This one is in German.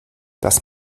das